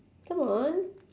come on